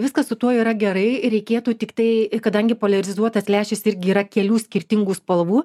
viskas su tuo yra gerai ir reikėtų tiktai kadangi poliarizuotas lęšis irgi yra kelių skirtingų spalvų